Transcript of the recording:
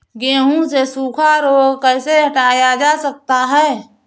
गेहूँ से सूखा रोग कैसे हटाया जा सकता है?